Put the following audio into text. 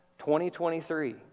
2023